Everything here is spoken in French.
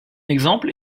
exemple